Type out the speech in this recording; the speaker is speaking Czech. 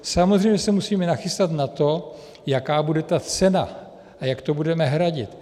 Samozřejmě že se musíme nachystat na to, jaká bude ta cena a jak to budeme hradit.